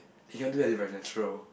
they cannot do it very natural